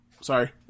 Sorry